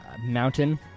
mountain